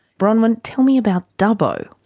bronwyn, tell me about dubbo.